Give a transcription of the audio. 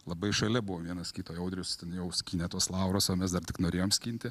labai šalia buvom vienas kito audrius ten jau skynė tuos laurus o mes dar tik norėjom skinti